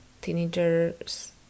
teenagers